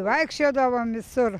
vaikščiodavom visur